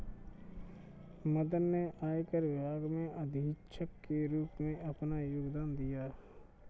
मदन ने आयकर विभाग में अधीक्षक के रूप में अपना योगदान दिया